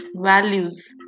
values